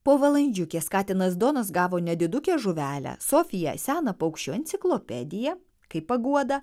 po valandžiukės katinas donas gavo nedidukę žuvelę sofija seną paukščių enciklopediją kaip paguodą